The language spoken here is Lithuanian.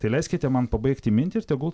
tai leiskite man pabaigti mintį ir tegul